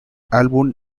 álbum